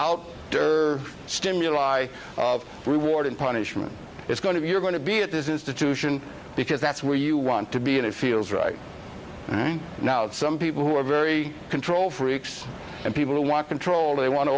out stimuli of reward and punishment it's going to be you're going to be at this institution because that's where you want to be and it feels right right now some people who are very control freaks and people who want control they want to